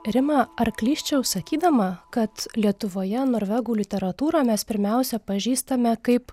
rima ar klysčiau sakydama kad lietuvoje norvegų literatūrą mes pirmiausia pažįstame kaip